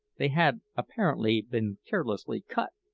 they had apparently been carelessly cut,